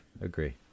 agree